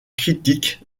critique